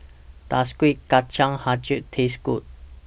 Does Kueh Kacang Hijau Taste Good